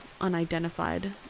unidentified